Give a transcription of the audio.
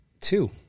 two